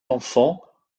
enfants